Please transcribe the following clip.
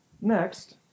next